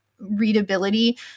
readability